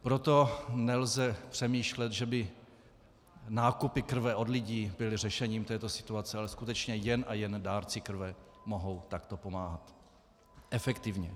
Proto nelze přemýšlet, že by nákupy krve od lidí byly řešením této situace, ale skutečně jen a jen dárci krve mohou takto pomáhat efektivně.